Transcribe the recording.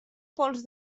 pols